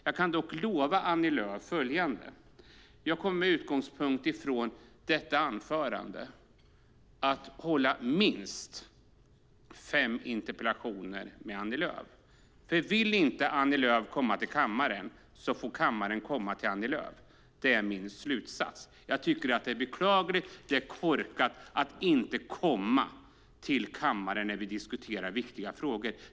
Jag kan lova Annie Lööf följande: Jag kommer med utgångspunkt i detta anförande att lämna in minst fem interpellationer till Annie Lööf. Vill inte Annie Lööf komma till kammaren får kammaren komma till Annie Lööf. Det är min slutsats. Jag tycker att det är beklagligt och korkat att hon inte kommer till kammaren när vi diskuterar viktiga frågor.